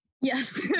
Yes